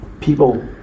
people